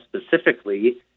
specifically